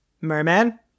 Merman